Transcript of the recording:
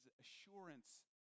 assurance